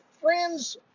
friends